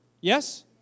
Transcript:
Yes